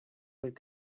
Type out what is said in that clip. would